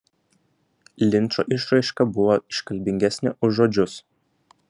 linčo išraiška buvo iškalbingesnė už žodžius